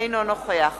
אינו נוכח